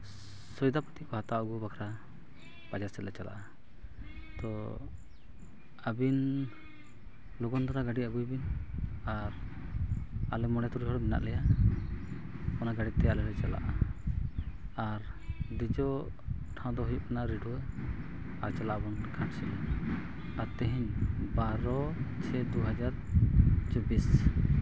ᱥᱚᱭᱫᱟᱯᱟᱹᱛᱤ ᱠᱚ ᱦᱟᱛᱟᱣ ᱟᱹᱜᱩ ᱵᱟᱠᱷᱨᱟ ᱵᱟᱡᱟᱨ ᱥᱮᱫ ᱞᱮ ᱪᱟᱞᱟᱜᱼᱟ ᱛᱚ ᱟᱹᱵᱤᱱ ᱞᱚᱜᱚᱱ ᱫᱷᱟᱨᱟ ᱜᱟᱹᱰᱤ ᱟᱹᱜᱩᱭ ᱵᱤᱱ ᱟᱨ ᱟᱞᱮ ᱢᱚᱬᱮ ᱛᱩᱨᱩᱭ ᱦᱚᱲ ᱢᱮᱱᱟᱜ ᱞᱮᱭᱟ ᱚᱱᱟ ᱜᱟᱹᱲᱤᱛᱮ ᱟᱞᱮ ᱞᱮ ᱪᱟᱞᱟᱜᱼᱟ ᱟᱨ ᱫᱮᱡᱚᱜ ᱴᱷᱟᱶ ᱫᱚ ᱦᱩᱭᱩᱜ ᱠᱟᱱᱟ ᱨᱤᱰᱷᱟᱹᱣ ᱟᱨ ᱪᱟᱞᱟᱜ ᱟᱵᱚᱱ ᱜᱷᱟᱴᱥᱤᱞᱟ ᱟᱨ ᱛᱮᱦᱮᱧ ᱵᱟᱨᱚ ᱪᱷᱮ ᱫᱩ ᱦᱟᱡᱟᱨ ᱪᱚᱵᱽᱵᱤᱥ